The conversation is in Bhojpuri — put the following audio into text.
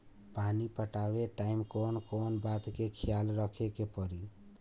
पानी पटावे टाइम कौन कौन बात के ख्याल रखे के पड़ी?